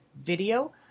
video